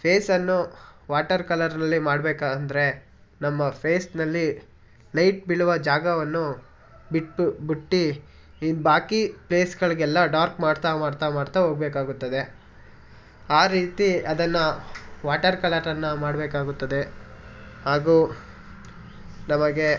ಫೇಸನ್ನು water ಕಲರ್ನಲ್ಲಿ ಮಾಡ್ಬೇಕು ಅಂದರೆ ನಮ್ಮ ಫೇಸ್ನಲ್ಲಿ ಲೈಟ್ ಬೀಳುವ ಜಾಗವನ್ನು ಬಿಟ್ಟು ಬಿಟ್ಟು ಈ ಬಾಕಿ ಪ್ಲೇಸ್ಗಳಿಗೆಲ್ಲ ಡಾರ್ಕ್ ಮಾಡ್ತಾ ಮಾಡ್ತಾ ಮಾಡ್ತಾ ಹೋಗ್ಬೇಕಾಗುತ್ತದೆ ಆ ರೀತಿ ಅದನ್ನ ವಾಟರ್ ಕಲರನ್ನು ಮಾಡಬೇಕಾಗುತ್ತದೆ ಹಾಗೂ ನಮಗೆ